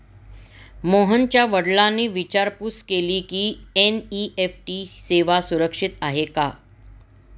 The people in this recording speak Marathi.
मोहनच्या वडिलांनी विचारपूस केली की, ही एन.ई.एफ.टी सेवा सुरक्षित आहे का?